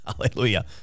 Hallelujah